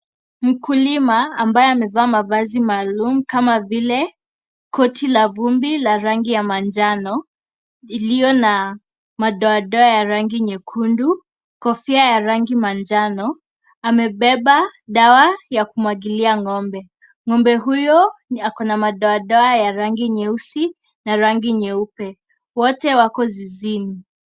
Mkulima ambaye amevaa mavazi maalum kama vile koti la vumbi la rangi manjano iliyo na madoadoa ya rangi nyekundu, kofia ya rangi manjano , amebeba dawa ya kumwagilia ngombe. Ngombe huyo akona madoadoa ya rangi nyeusi na rangi nyeupe. Wote wako zizini.